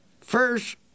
first